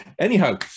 Anyhow